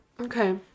Okay